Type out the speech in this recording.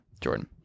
jordan